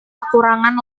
kekurangan